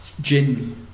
Jin